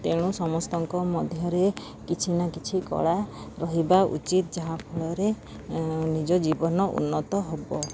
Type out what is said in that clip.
ତେଣୁ ସମସ୍ତଙ୍କ ମଧ୍ୟରେ କିଛି ନା କିଛି କଳା ରହିବା ଉଚିତ ଯାହାଫଳରେ ନିଜ ଜୀବନ ଉନ୍ନତ ହବ